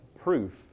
proof